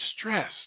stressed